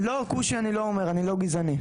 לא, כושי אני לא אומר אני לא גזעני.